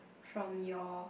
from your